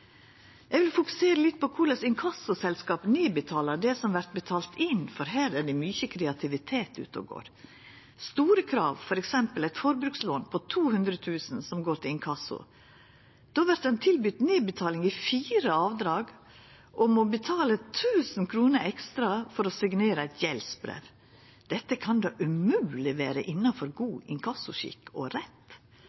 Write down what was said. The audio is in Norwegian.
Eg vil fokusera litt på korleis inkassoselskap nedbetalar det som vert betalt inn, for her er det mykje kreativitet ute og går. Ved store krav, f.eks. eit forbrukslån på 200 000 kr, som går til inkasso, vert ein tilbydt nedbetaling i fire avdrag og må betala 1 000 kr ekstra for å signera eit gjeldsbrev. Dette kan då umogleg vera innanfor